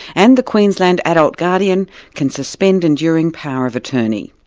and the queensland adult guardian can suspend enduring power of attorney.